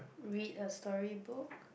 read a storybook